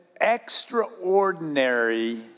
extraordinary